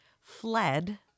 fled